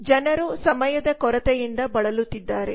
ಜನರು ಸಮಯದ ಕೊರತೆಯಿಂದ ಬಳಲುತ್ತಿದ್ದಾರೆ